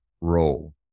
role